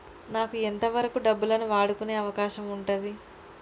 నాకు ఎంత వరకు డబ్బులను వాడుకునే అవకాశం ఉంటది?